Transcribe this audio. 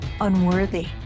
unworthy